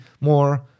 more